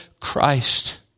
Christ